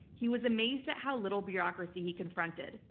he was amazed at how little bureaucracy he confronted.